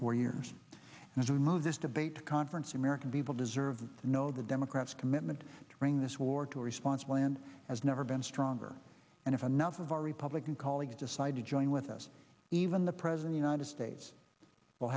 four years and as we move this debate conference american people deserve to know the democrats commitment to bring this war to a responsible and has never been stronger and if enough of our republican colleagues decide to join with us even the president united states will